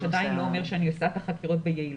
עדיין לא אומר שאני עושה את החקירות ביעילות.